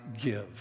give